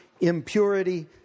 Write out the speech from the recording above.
impurity